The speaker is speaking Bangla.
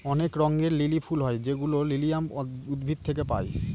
অনেক রঙের লিলি ফুল হয় যেগুলো লিলিয়াম উদ্ভিদ থেকে পায়